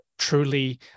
truly